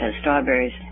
strawberries